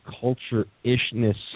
culture-ishness